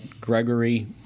Gregory